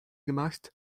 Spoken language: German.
gemacht